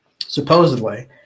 supposedly